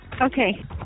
Okay